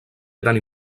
gran